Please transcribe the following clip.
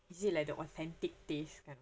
is it like the authentic taste kind